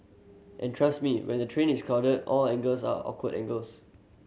and trust me when the train is crowded all angles are awkward angles